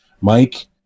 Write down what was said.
mike